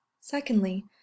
Secondly